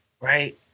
right